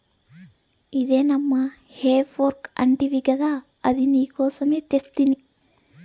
ఇదే నమ్మా హే ఫోర్క్ అంటివి గదా అది నీకోసమే తెస్తిని